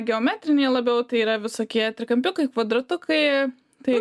geometriniai labiau tai yra visokie trikampiukai kvadratukai tai